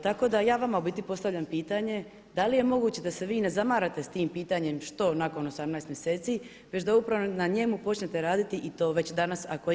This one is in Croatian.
Tako da ja vama u biti postavljam pitanje da li je moguće da se vi ne zamarate sa tim pitanje što nakon 18 mjeseci već da upravo na njemu počnete raditi i to već danas ako je ikako moguće.